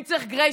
אם צריך גרייס,